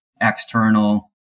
external